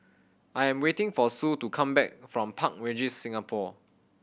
I am waiting for Sue to come back from Park Regis Singapore